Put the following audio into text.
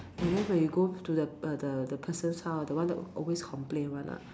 and then when you go to the uh the person's house the one that always complain [one] ah